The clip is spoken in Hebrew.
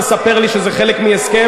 אתה לא צריך לספר לי שזה חלק מהסכם,